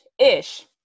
-ish